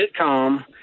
sitcom